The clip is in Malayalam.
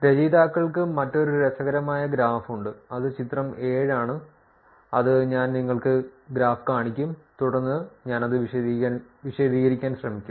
രചയിതാക്കൾക്ക് മറ്റൊരു രസകരമായ ഗ്രാഫ് ഉണ്ട് അത് ചിത്രം 7 ആണ് അത് ഞാൻ നിങ്ങൾക്ക് ഗ്രാഫ് കാണിക്കും തുടർന്ന് ഞാൻ അത് വിശദീകരിക്കാൻ ശ്രമിക്കും